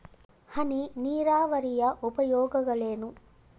ಹನಿ ನೀರಾವರಿಯ ಉಪಯೋಗಗಳೇನು?